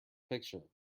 picture